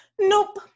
Nope